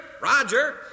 Roger